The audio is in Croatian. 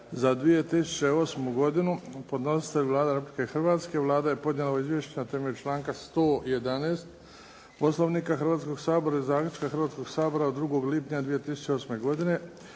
za 2008. godinu Podnositelj: Vlada Republike Hrvatske; Vlada je podnijela ovo izvješće na temelju članka 111. Poslovnika Hrvatskog sabora i zaključka Hrvatskoga sabora od 2. lipnja 2008. godine.